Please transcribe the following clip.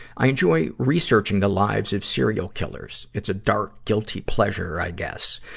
i enjoy researching the lives of serial killers. it's a dark, guilty pleasure, i guess.